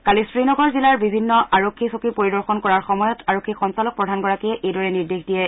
কালি শ্ৰীনগৰ জিলাৰ বিভিন্ন আৰক্ষী চকী পৰিদৰ্শন কৰাৰ সময়ত আৰক্ষী সঞ্চালক প্ৰধানগৰাকীয়ে এইদৰে নিৰ্দেশ দিয়ে